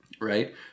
Right